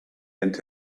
and